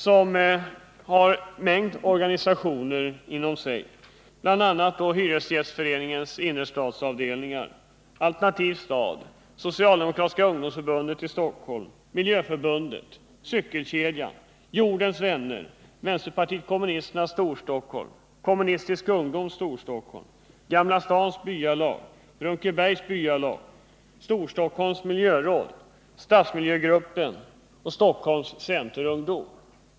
Kommittén inrymmer en mängd organisationer, bl.a. Hyresgästföreningens innerstadsavdelningar, Alternativ stad, socialdemokratiska ungdomsförbundet i Stockholm, Miljöförbundet, Cykelkedjan, Jordens vänner, vänsterpartiet kommunisterna i Storstockholm, kommunistisk ungdom i Storstockholm, Gamla stans byalag, Brunkebergs byalag, Storstockholms miljöråd, stadsmiljögruppen och Stockholms centerungdom.